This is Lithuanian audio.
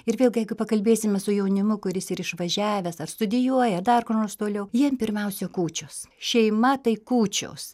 ir vėlgi pakalbėsime su jaunimu kuris ir išvažiavęs ar studijuoja ar dar kur nors toliau jiem pirmiausia kūčios šeima tai kūčios